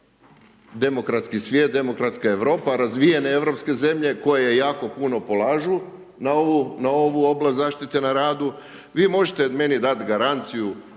demokratski svijet, demokratska Europa, razvijene europske zemlje koje jako puno polažu na ovu oblast zaštite na radu. Vi možete meni dati garanciju